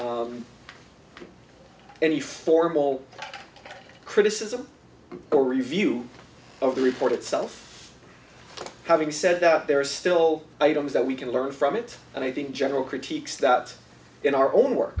of any formal criticism or review of the report itself having said that there are still items that we can learn from it and i think general critiques that in our own work